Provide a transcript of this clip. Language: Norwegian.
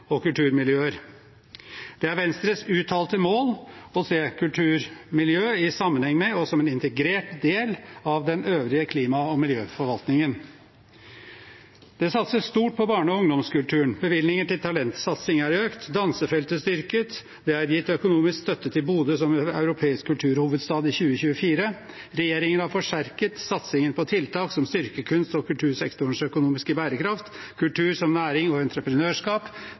og kulturmiljøer. Det er Venstres uttalte mål å se kulturmiljøet i sammenheng med og som en integrert del av den øvrige klima- og miljøforvaltningen. Det satses stort på barne- og ungdomskulturen, bevilgninger til talentsatsing er økt, dansefeltet styrket, det er gitt økonomisk støtte til Bodø som europeisk kulturhovedstad i 2024, og regjeringen har forsterket satsingen på tiltak som styrker kunst- og kultursektorens økonomiske bærekraft, kultur som næring og entreprenørskap.